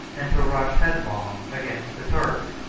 and to rush headlong against the turks,